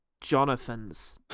Jonathan's